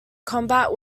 combat